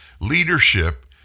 Leadership